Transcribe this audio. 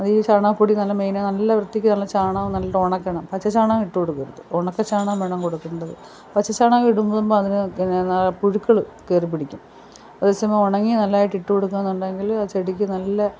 അതീ ചാണകപൊടി നല്ല മെയിനാണ് നല്ല വൃത്തിക്ക് വരണ ചാണകം നല്ലതായിട്ട് അതൊണക്കണം പച്ച ചാണകം ഇട്ട് കൊടുക്കരുത് ഉണക്ക ചാണകം വേണം കൊടുക്കണ്ടത് പച്ച ചാണകം ഇടുമ്പോൾ അതിന് പിന്നെ പുഴുക്കൾ കയറി പിടിക്കും അതെ സമയം ഉണങ്ങി നല്ലതായിട്ട് ഇട്ട് കൊടുക്കാന്നൊണ്ടെങ്കിൽ ചെടിക്ക് നല്ല